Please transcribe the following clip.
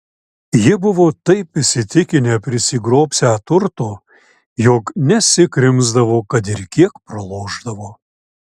jie buvo taip įsitikinę prisigrobsią turto jog nesikrimsdavo kad ir kiek pralošdavo